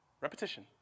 repetition